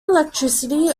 electricity